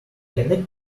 connect